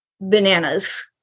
bananas